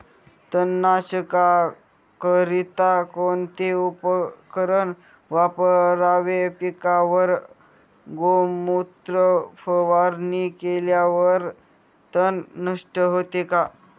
तणनाशकाकरिता कोणते उपकरण वापरावे? पिकावर गोमूत्र फवारणी केल्यावर तण नष्ट होते का?